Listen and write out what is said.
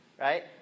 right